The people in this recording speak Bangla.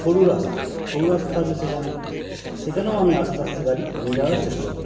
সরু রাস্তা সরু রাস্তা থাকলে সেখানে সেখানেও আমি আস্তে আস্তে গাড়ি নিয়ে যাওয়ার চেষ্টা করি